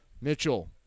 mitchell